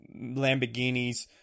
Lamborghinis